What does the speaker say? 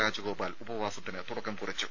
രാജഗോപാൽ ഉപവാസത്തിന് തുടക്കം കുറിച്ചു